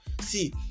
See